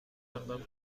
اقدام